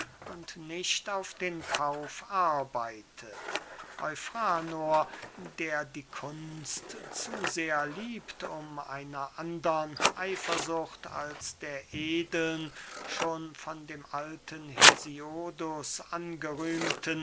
nicht auf den kauf arbeite eufranor der die kunst zu sehr liebt um einer andern eifersucht als der edeln schon von dem alten hesiodus angerühmten